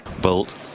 Bolt